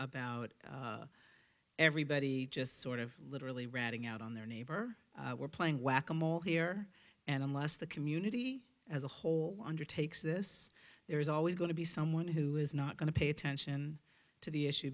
about everybody just sort of literally ratting out on their neighbor we're playing whack a mole here and unless the community as a whole laundry takes this there is always going to be someone who is not going to pay attention to the issue